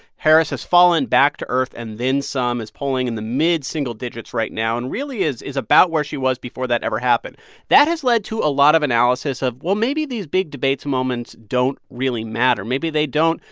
harris has fallen back to earth and then some, is polling in the mid-single digits right now and really is is about where she was before that ever happened that has led to a lot of analysis of well, maybe these big debates moments don't really matter. maybe they don't,